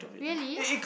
really